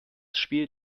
spiel